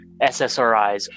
SSRIs